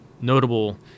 notable